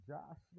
Josh